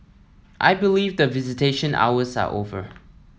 I believe the visitation hours are over